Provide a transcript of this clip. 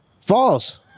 False